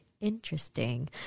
interesting